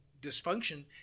dysfunction